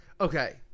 Okay